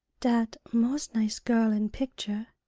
dat most nice girl in picture,